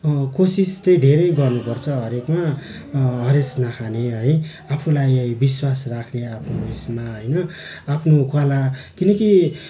कोसिस चाहिँ धेरै गर्नुपर्छ हरेकमा हरेस नखाने है आफूलाई विश्वास राख्ने आफ्नो उइसमा होइन आफ्नो कला किनकि